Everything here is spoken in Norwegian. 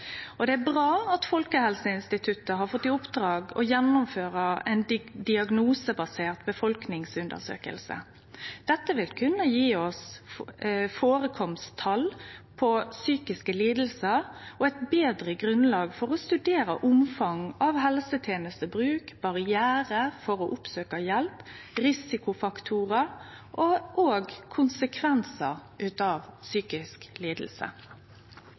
Det er bra at Folkehelseinstituttet har fått i oppdrag å gjennomføre ei diagnosebasert befolkningsundersøking. Dette vil kunne gje oss førekomsttal på psykiske lidingar og eit betre grunnlag for å studere omfanget av helsetenestebruk, barrierar for å oppsøkje hjelp, risikofaktorar og òg konsekvensar av psykisk